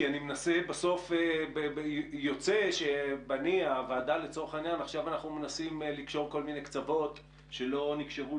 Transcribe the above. כי בסוף יוצא שהוועדה לצורך העניין מנסה לקשור כל מיני קצוות שלא נקשרו,